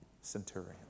centurion